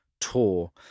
tour